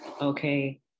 okay